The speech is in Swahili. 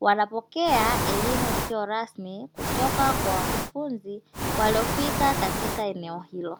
wanapokea elimu isiyo rasmi kutoka kwa wakufunzi, waliofika kaika eneo hilo.